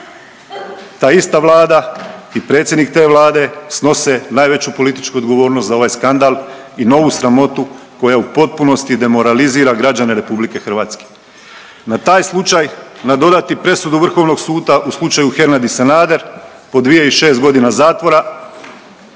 ta ista Vlada i predsjednik te Vlade snose najveću političku odgovornost za ovaj skandal i novu sramotu koja u potpunosti demoralizira građane RH. Na taj slučaj, na dodatni presudu Vrhovnog suda u slučaju Hernadi-Sanader po 2 i 6 godina zatvora,